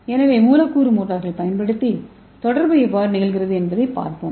எனவே மூலக்கூறு மோட்டார்கள் பயன்படுத்தி தொடர்பு எவ்வாறு நிகழ்கிறது என்பதைப் பார்ப்போம்